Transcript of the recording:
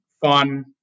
fun